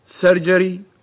surgery